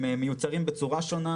הם מיוצרים בצורה שונה,